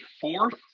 fourth